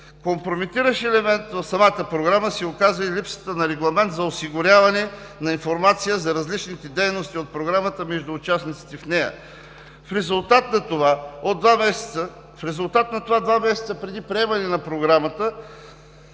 Компрометиращ елемент в самата Програма се оказа и липсата на регламент за осигуряване на информация за различните дейности от Програмата между участниците в нея. В резултат на това, два месеца преди приемане на Програмата